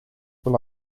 were